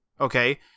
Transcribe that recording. okay